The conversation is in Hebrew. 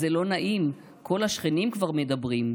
זה לא נעים! כל השכנים כבר מדברים!'